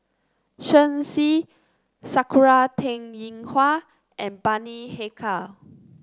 Shen Xi Sakura Teng Ying Hua and Bani Haykal